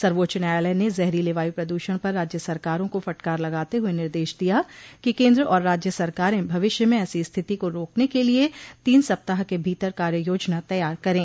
सर्वोच्च न्यायालय ने जहरीले वायु प्रदूषण पर राज्य सरकारों को फटकार लगाते हुए निर्देश दिया कि केंद्र और राज्य सरकारें भविष्य में ऐसी स्थिति को रोकने के लिए तीन सप्ताह के भीतर कार्ययाजना तैयार करें